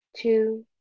two